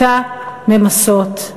אותה ממסות,